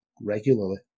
regularly